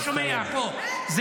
-- אני לא שומע פה -- רד כבר, רד.